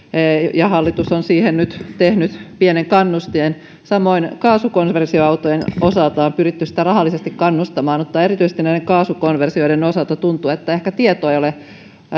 ja hallitus on siihen nyt tehnyt pienen kannustimen samoin kaasukonversiota autojen osalta on pyritty rahallisesti kannustamaan mutta erityisesti näiden kaasukonversioiden osalta tuntuu että ehkä tieto ei ole